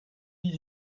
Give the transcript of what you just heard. dix